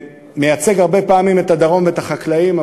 מייצג הרבה פעמים את הדרום ואת החקלאים,